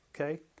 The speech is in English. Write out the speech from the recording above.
Okay